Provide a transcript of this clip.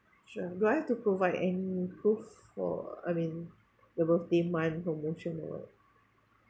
sure do I have to provide any proof for I mean the birthday month promotion and all